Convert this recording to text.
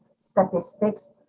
statistics